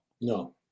No